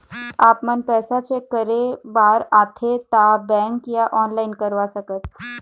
आपमन पैसा चेक करे बार आथे ता बैंक या ऑनलाइन करवा सकत?